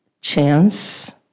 chance